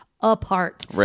apart